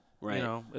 Right